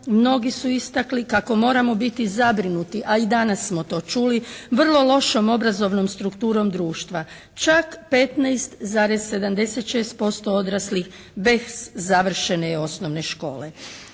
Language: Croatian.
mnogi su istakli kako moramo biti zabrinuti a i danas smo to čuli vrlo lošom obrazovnom strukturom društva. Čak 15,76% odraslih bez završene osnovne škole.